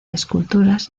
esculturas